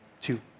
Two